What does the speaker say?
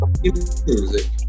music